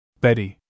Betty